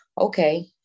Okay